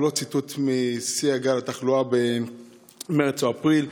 הוא לא ציטוט משיא גל התחלואה במרץ או אפריל,